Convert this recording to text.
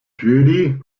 judy